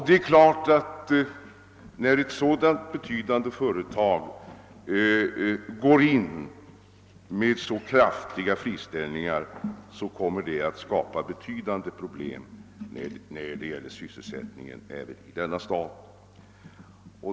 Det är klart att när ett så betydande företag kommer att verkställa så omfattande friställningar uppstår stora sysselsättningsproblem i denna stad.